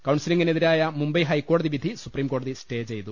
കൌൺസിലിംഗിനെതിരായ മുംബൈ ഹൈക്കോടതി വിധി സുപ്രീംകോടതി സ്റ്റേ ചെയ്തു